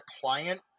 client